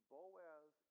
Boaz